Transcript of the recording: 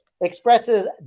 expresses